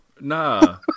nah